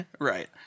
Right